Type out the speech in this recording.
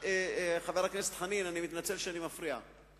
חבר הכנסת חנין, אני מתנצל שאני מפריע.